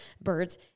birds